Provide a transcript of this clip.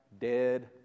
dead